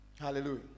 Hallelujah